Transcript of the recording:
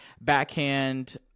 backhand